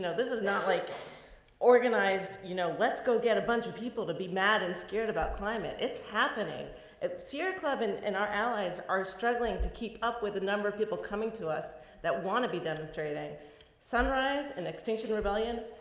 this is not like organized, you know, let's go get a bunch of people to be mad and scared about climate. it's happening if sierra club and and our allies are struggling to keep up with a number of people coming to us that want to be demonstrating sunrise and extinction rebellion.